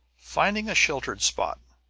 finding a sheltered spot,